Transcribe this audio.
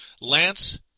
Lance